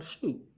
Shoot